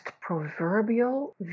proverbial